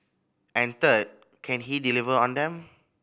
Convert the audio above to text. and third can he deliver on them